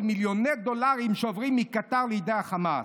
מיליוני דולרים שעוברים מקטאר לידי חמאס,